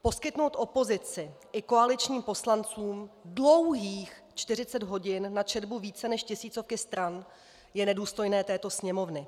Poskytnout opozici i koaličním poslancům dlouhých 40 hodin na četbu více než tisícovky stran je nedůstojné této Sněmovny.